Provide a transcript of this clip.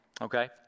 okay